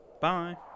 Bye